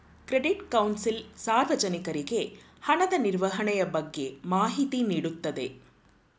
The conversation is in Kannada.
ಕ್ರೆಡಿಟ್ ಕೌನ್ಸಿಲ್ ಸಾರ್ವಜನಿಕರಿಗೆ ಹಣದ ನಿರ್ವಹಣೆಯ ಬಗ್ಗೆ ಮಾಹಿತಿ ನೀಡುತ್ತದೆ